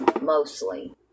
mostly